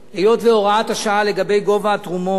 היות שהוראת השעה לגבי גובה התרומות